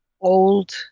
old